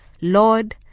Lord